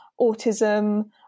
autism